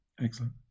Excellent